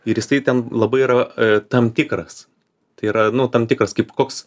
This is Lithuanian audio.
ir jisai ten labai yra tam tikras tai yra nu tam tikras kaip koks